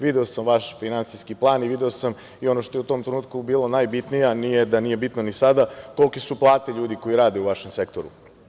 Video sam vaš finansijski plan i video sam i ono što je u tom trenutku bilo najbitnije, a nije da nije bitno ni sada, kolike su plate ljudi koji rade u vašem sektoru.